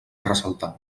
ressaltar